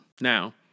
Now